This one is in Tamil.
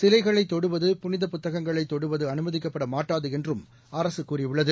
சிலைகளைத் தொடுவது புனித புத்தகங்களை தொடுவது அனுமதிக்கப்படமாட்டாது என்று அரசு கூறியுள்ளது